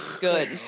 good